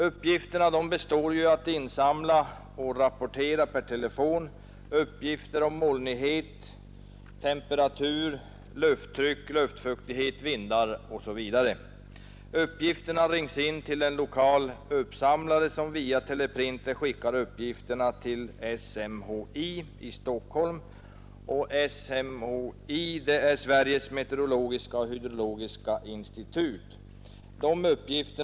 Uppdraget består i att insamla och inrapportera per telefon uppgifter om molnighet, temperatur, lufttryck, luftfuktighet, vindar osv. Uppgifterna rings in till en lokal uppsamlare, som via teleprinter skickar dem vidare till Sveriges meteorologiska och hydrologiska institut — SMHI — i Stockholm.